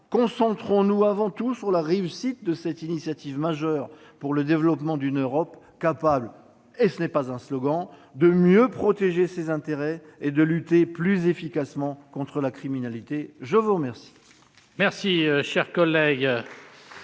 concentrons-nous avant tout sur la réussite de cette initiative majeure pour le développement d'une Europe capable de mieux protéger ses intérêts et de lutter plus efficacement contre la criminalité. La parole